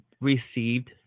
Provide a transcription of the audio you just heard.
received